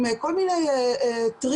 עם כל מיני טריקים.